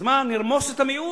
אז מה, נרמוס את המיעוט?